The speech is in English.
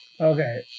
Okay